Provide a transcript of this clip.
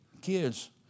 Kids